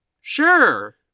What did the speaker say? sure